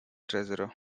treasurer